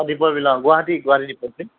দীপৰ বিল অ গুৱাহাটী গুৱাহাটী দীপৰ বিল